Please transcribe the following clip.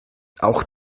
auch